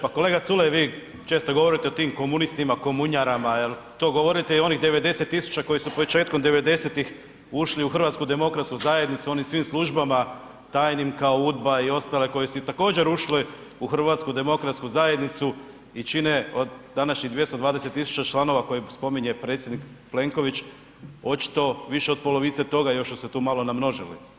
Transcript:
Pa, kolega Culej vi često govorite o tim komunistima, komunjarama jel, to govorite i o onih 90.000 koji su početkom '90. ušli u HDZ onim svim službama tajnim kao UDBA i ostale koje su također ušle u HDZ i čine od današnjih 220.000 članova koje spominje predsjednik Plenković očito više od polovice toga još su se tu malo namnožili.